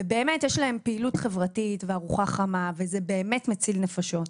יש להם פעילות חברתית וארוחה חמה וזה באמת מציל נפשות.